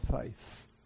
faith